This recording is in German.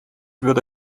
würde